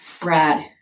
Brad